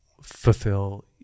fulfill